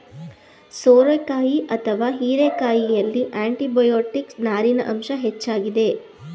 ಸೋರೆಕಾಯಿ ಅಥವಾ ಹೀರೆಕಾಯಿಯಲ್ಲಿ ಆಂಟಿಬಯೋಟಿಕ್, ನಾರಿನ ಅಂಶ ಹೆಚ್ಚಾಗಿದೆ